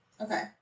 Okay